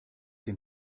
den